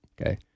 Okay